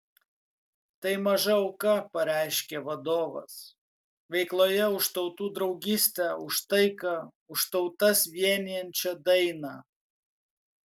tai maža auka pareiškė vadovas veikloje už tautų draugystę už taiką už tautas vienijančią dainą